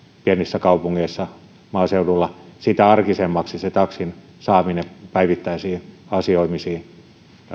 pienissä kaupungeissa maaseudulla niin sitä arkisempaa taksin saaminen päivittäisiin asioimisiin